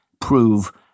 prove